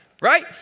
right